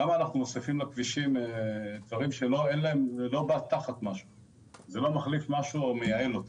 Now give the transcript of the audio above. כמה אנחנו מוסיפים לכבישים דברים שלא מחליפים משהו או מייעלים.